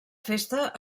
festa